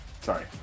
Sorry